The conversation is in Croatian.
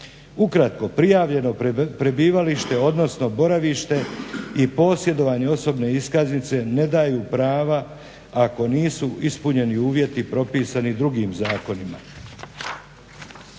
Ukratko, prijavljeno prebivalište odnosno boravište i posjedovanje osobne iskaznice ne daju prava ako nisu ispunjeni uvjeti propisani drugim zakonima.